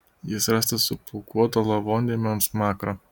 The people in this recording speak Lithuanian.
jis rastas su plaukuota lavondėme ant smakro